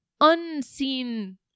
unseen